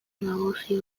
nagusi